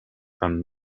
from